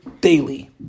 daily